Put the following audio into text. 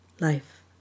life